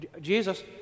Jesus